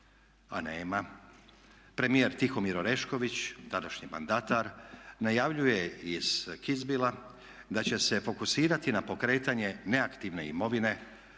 a nema, premijer Tihomir Orešković, tadašnji mandatar, najavljuje iz Kitzbuhella da će se fokusirati na pokretanje neaktivne imovine,